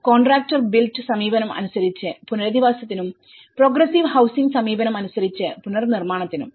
contractor built സമീപനം അനുസരിച് പുനരധിവാസത്തിനുംപ്രോഗ്രസ്സീവ് ഹൌസിങ് സമീപനം അനുസരിച് പുനർനിർമ്മാണത്തിനും